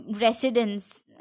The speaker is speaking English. residents